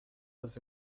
was